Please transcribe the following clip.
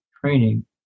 training